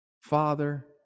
father